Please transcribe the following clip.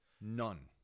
none